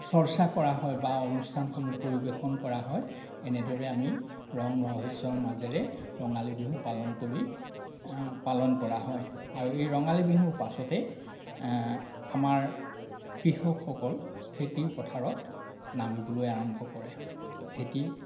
চৰ্চা কৰা হয় বা অনুষ্ঠানসমূহ পৰিৱেশন কৰা হয় এনেদৰে আমি ৰং ৰহইচৰ মাজেৰে ৰঙালী বিহু পালন কৰি পালন কৰা হয় আৰু এই ৰঙালী বিহুৰ পাছতেই আমাৰ কৃষকসকল খেতি পথাৰত নামিবলৈ আৰম্ভ কৰে খেতি